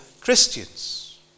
Christians